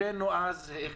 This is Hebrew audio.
הבאנו לוועדה.